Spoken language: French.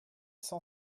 cent